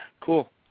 cool